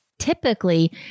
typically